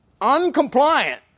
Uncompliant